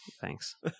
thanks